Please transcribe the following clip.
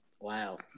Wow